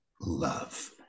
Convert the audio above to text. love